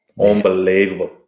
Unbelievable